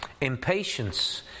impatience